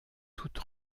toute